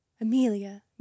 Amelia